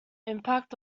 impact